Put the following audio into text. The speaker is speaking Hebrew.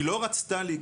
היא לא רצתה להיכנס.